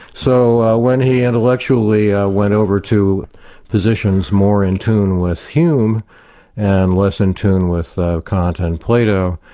so when he intellectually ah went over to positions more in tune with hume and less in tune with kant and plato,